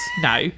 No